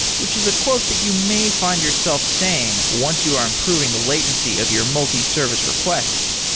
which is a quote that you may find yourself saying once you are improving the latency of your multi-service requests